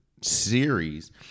series